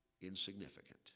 insignificant